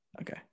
Okay